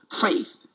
faith